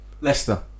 Leicester